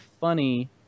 funny